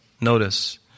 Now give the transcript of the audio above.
Notice